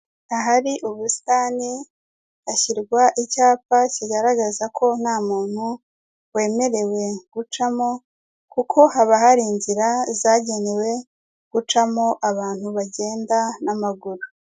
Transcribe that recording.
Ahari ubusitani hashyirwa icyapa kigaragaza ko nta muntu wemerewe gucamo, kuko haba hari inzira zagenewe gucamo abantu bagenda n'amaguru.